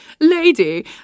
lady